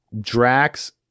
Drax